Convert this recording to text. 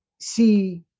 see